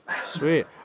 Sweet